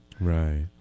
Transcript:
Right